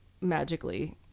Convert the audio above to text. magically